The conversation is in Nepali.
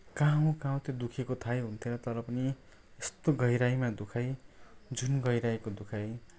कहाँ हो कहाँ हो त्यो दुखेको थाहै हुने थिएन तर पनि यस्तो गहराइमा दुखाइ जुन गहराइको दुखाई